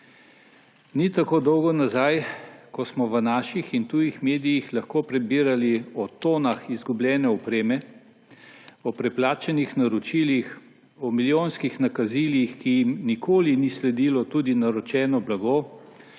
Ni tako dolgo nazaj, ko smo v naših in tujih medijih lahko prebirali o tonah izgubljene opreme, o preplačanih naročilih, o milijonskih nakazilih, ki jim nikoli ni sledilo tudi naročeno blago,